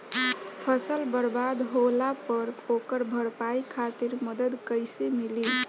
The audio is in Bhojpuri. फसल बर्बाद होला पर ओकर भरपाई खातिर मदद कइसे मिली?